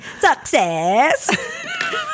Success